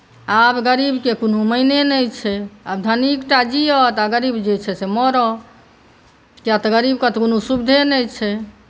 आब गरीबके कोनो मायने नहि छै आब धनीक टा जीअत आ गरीब जे छै मरऽ किआक तऽ गरीबके तऽ कोनो सुविधे नहि छै